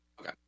Okay